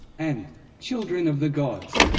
and children of the gods.